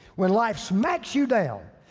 when life smacks you down,